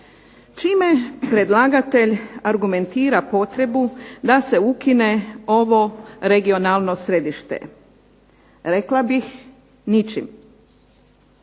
Čime predlagatelj argumentira potrebu da se ukine ovo regionalno središte? Rekla bih ničim.